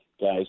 guys